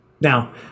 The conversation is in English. Now